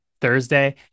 Thursday